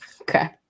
Okay